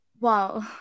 Wow